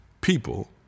people